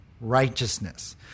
righteousness